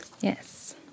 Yes